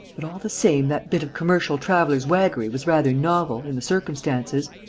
but all the same, that bit of commercial-traveller's waggery was rather novel, in the circumstances.